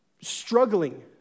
struggling